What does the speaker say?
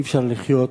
אי-אפשר לחיות.